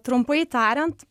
trumpai tariant